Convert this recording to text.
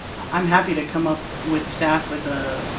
i'm happy to come up with staff with a